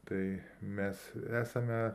tai mes esame